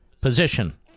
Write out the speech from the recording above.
position